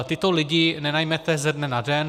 Tyto lidi nenajmete ze dne na den.